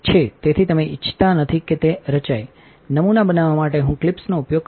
તેથી તમે ઇચ્છતા નથી કે તે રચાય નમૂના બનાવવા માટે હું ક્લિપ્સનો ઉપયોગ કરું છું